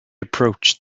approached